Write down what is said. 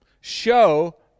Show